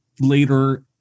later